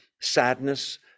sadness